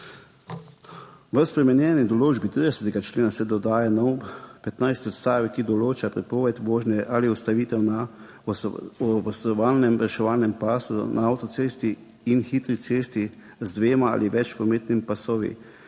V spremenjeni določbi 30. člena se dodaja nov petnajsti odstavek, ki določa prepoved vožnje ali ustavitev na ostrovalnem reševalnem pasu na avtocesti in hitri cesti z dvema ali več prometnimi pasovi